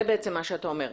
זה בעצם מה שאתה אומר.